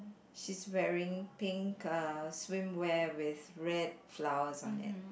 she's wearing pink uh swimwear with red flowers on it